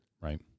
Right